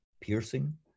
piercing